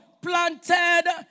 planted